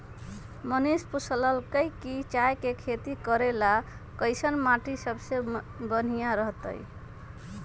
मनीष पूछलकई कि चाय के खेती करे ला कईसन माटी सबसे बनिहा रहतई